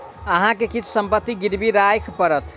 अहाँ के किछ संपत्ति गिरवी राखय पड़त